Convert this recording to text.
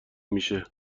میشه